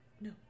no